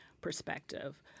perspective